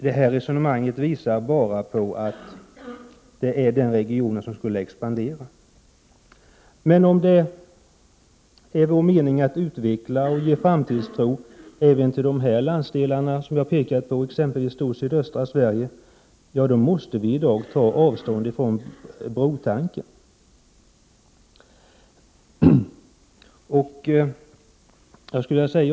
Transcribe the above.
Det här resonemanget visar att det är denna region som skulle komma att expandera. Men om det är vår mening att utveckla och ge även de landsdelar i sydöstra Sverige som jag pekat på framtidstro, måste vi i dag ta avstånd från brotanken.